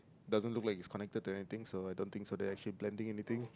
doesn't look is connected to anything so I don't think so that she blending anything